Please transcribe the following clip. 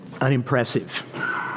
unimpressive